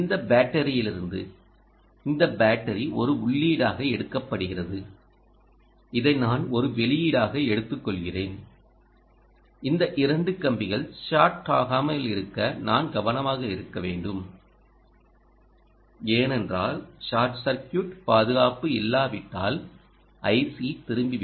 இந்த பேட்டரியிலிருந்து இந்த பேட்டரி ஒரு உள்ளீடாக எடுக்கப்படுகிறது இதை நான் ஒரு வெளியீடாக எடுத்துக்கொள்கிறேன் இந்த 2 கம்பிகள் ஷார்ட் ஆகாமல் இருக்க நான் கவனமாக இருக்க வேண்டும் ஏனென்றால் ஷார்ட் சர்க்கியூட் பாதுகாப்பு இல்லாவிட்டால் IC திரும்பி விடும்